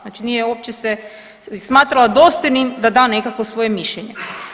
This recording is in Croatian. Znači nije uopće se smatrala dostojnim da da nekakvo svoje mišljenje.